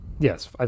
Yes